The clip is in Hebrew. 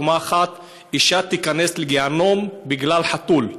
דוגמה אחת: אישה תיכנס לגיהינום בגלל חתול,